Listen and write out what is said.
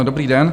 Dobrý den.